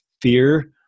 fear